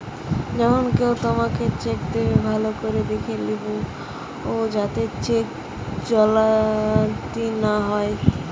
যখন কেও তোমাকে চেক দেবে, ভালো করে দেখে লেবু যাতে চেক জালিয়াতি না হয়